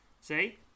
See